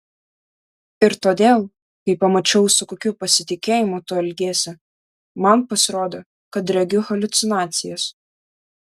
ir todėl kai pamačiau su kokiu pasitikėjimu tu elgiesi man pasirodė kad regiu haliucinacijas